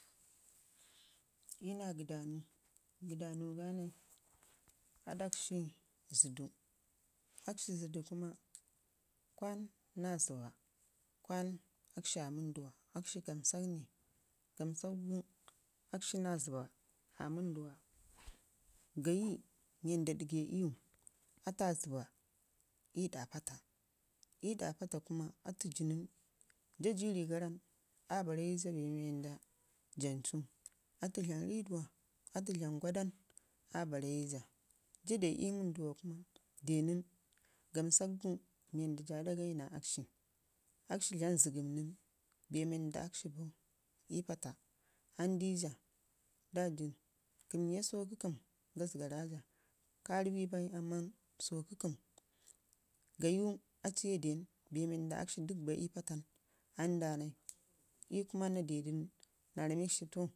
iya naa gədanau, gəda nau ganai adakshi zədu akshi zədu kuma kwan naa zəbba, kwan akshi aa wənduwa akshi gamsak ne gamsaugu akshina zəbba aa wənduwa gayi wanda dige iyu ata aa zəbba ii ɗa paata, ii ɗa paata kuma, jaa ji rigara nən aabare jaa bee mii wanda sancu ata dlamb ridawa, ata dlam gwadan aa barrai jaa. Jaa de ii wənduwa kuma de nən gamsakgu mi wanda jaa dagayi naa akshi akshi dlam zəgəm nən bee wanda akshi bau ii paata andijaa daji kəm ye so kəkəm, gas gara saa ka riwi bai amman, so kəkəm, gayu aci ka dew nən bee mii wanda aciye bee nən anda nai igu kuma naa dew nan naa samek shi to